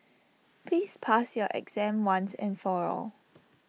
please pass your exam once and for all